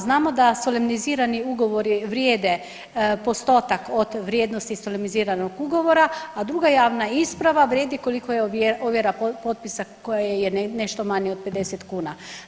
Znamo da solemnizirani ugovori vrijede postotak od vrijednosti solemniziranog ugovora a druga javna isprava vrijedi koliko je ovjera potpisa koja je nešto manja od 50 kuna.